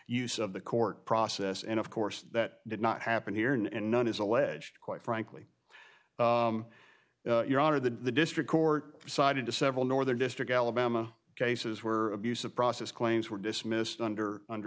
use of the court process and of course that did not happen here and none is alleged quite frankly your honor the district court decided to several northern district alabama cases where abuse of process claims were dismissed under under